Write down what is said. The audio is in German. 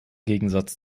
gegensatz